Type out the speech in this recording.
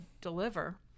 deliver